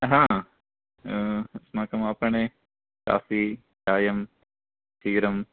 हा अस्माकम् आपणे काफ़ि चायं क्षीरं